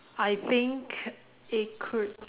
I think it could